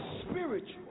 spiritual